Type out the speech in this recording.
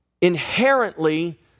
inherently